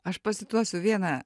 aš pacituosiu vieną